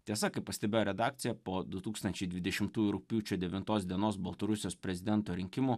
tiesa kaip pastebėjo redakcija po du tūkstančiai dvidešimtųjų rugpjūčio devintos dienos baltarusijos prezidento rinkimų